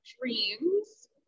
dreams